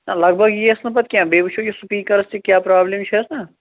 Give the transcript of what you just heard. نہَ لگ بگ یِیَس نہٕ پَتہٕ کیٚنٛہہ بیٚیہِ وُچھو یہِ سُپیٖکرَس تہِ کیٛاہ پرٛابلِم چھَس نا